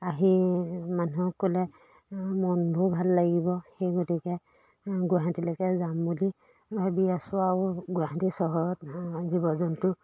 আহি মানুহক ক'লে মনবোৰ ভাল লাগিব সেই গতিকে গুৱাহাটীলৈকে যাম বুলি ভাবি আছোঁ আৰু গুৱাহাটী চহৰত জীৱ জন্তু